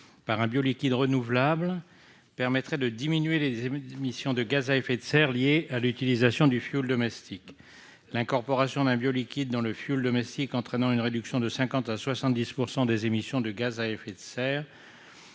par un bioliquide renouvelable permettrait de diminuer les émissions de gaz à effet de serre liées à l'utilisation du fioul domestique. En effet, l'incorporation d'un bioliquide dans le fioul domestique entraîne une réduction de 50 % à 70 % des émissions de gaz à effet de serre